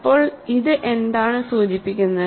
അപ്പോൾ ഇത് എന്താണ് സൂചിപ്പിക്കുന്നത്